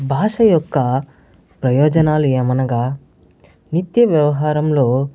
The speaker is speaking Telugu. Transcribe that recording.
భాష యొక్క ప్రయోజనాలు ఏమనగా నిత్య వ్యవహారంలో